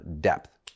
depth